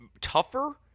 tougher